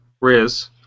Riz